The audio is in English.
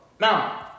Now